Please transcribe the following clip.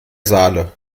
saale